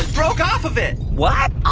ah broke off of it what? oh,